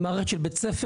עם מערכת של בית ספר.